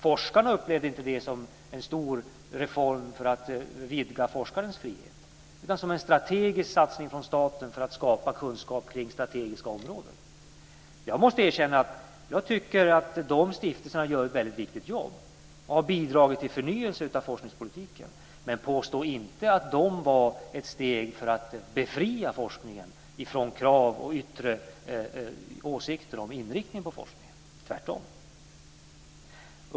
Forskarna upplevde inte detta som en stor reform för att vidga forskarens frihet, utan som en strategisk satsning från staten för att skapa kunskap kring strategiska områden. Jag måste erkänna att jag tycker att dessa stiftelser gör ett väldigt viktigt jobb. De har bidragit till förnyelse av forskningspolitiken. Men man kan inte påstå att de var ett steg för att befria forskningen från krav och yttre åsikter om inriktningen på forskningen, tvärtom.